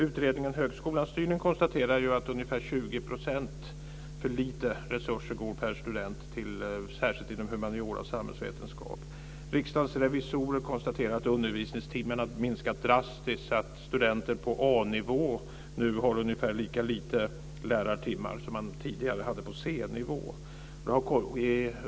Utredningen Högskolans styrning konstaterar att det går ungefär 20 % för lite resurser per student till humaniora och samhällsvetenskap. Riksdagens revisorer konstaterar att undervisningstimmarna minskat drastiskt, så att studenter på A-nivå nu har ungefär lika lite lärartimmar som man tidigare hade på C-nivå.